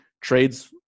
Trades